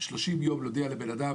תוך 30 ימים להודיע לאדם?